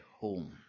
home